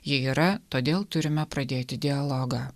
ji yra todėl turime pradėti dialogą